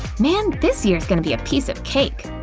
man, this year's gonna be a piece of cake!